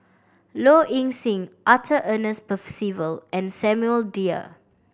Low Ing Sing Arthur Ernest Percival and Samuel Dyer